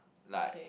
like